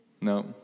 No